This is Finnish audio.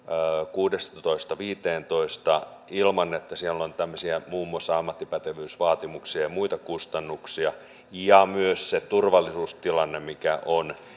kuudestatoista viiteentoista ilman että siellä on muun muassa tämmöisiä ammattipätevyysvaatimuksia ja ja muita kustannuksia ja myös se turvallisuustilanne on mikä on